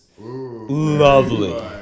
lovely